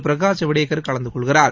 பிரகாஷ் ஜவ்டேகர் கலந்து கொள்கிறார்